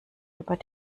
über